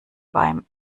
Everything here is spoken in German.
beim